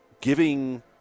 giving